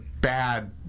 bad